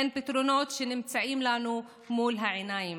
הם פתרונות שנמצאים לנו מול העיניים,